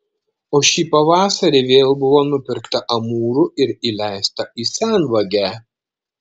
o šį pavasarį vėl buvo nupirkta amūrų ir įleista į senvagę